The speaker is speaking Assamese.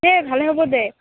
দে ভালেই হ'ব দে